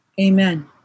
amen